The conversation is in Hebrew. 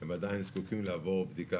הם עדיין זקוקים לעבור בדיקה